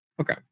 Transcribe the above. Okay